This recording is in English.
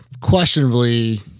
questionably